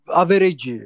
average